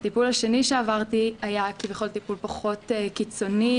הטיפול השני שעברתי היה כביכול פחות קיצוני,